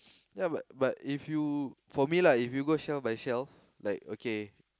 ya but but if you for me lah if you go shelf by shelf like okay